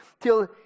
till